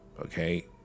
Okay